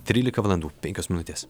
trylika valandų penkios minutės